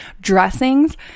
dressings